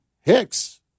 Hicks